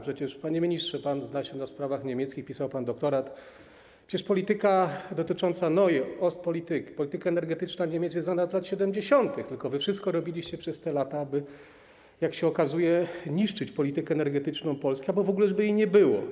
Przecież, panie ministrze, pan zna się na sprawach niemieckich, pisał pan doktorat, przecież Neue Ostpolitik, polityka energetyczna Niemiec jest znana od lat 70., tylko wy wszystko robiliście przez te lata, aby - jak się okazuje - niszczyć politykę energetyczną Polski albo aby w ogóle jej nie było.